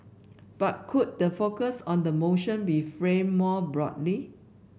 but could the focus on the motion be framed more broadly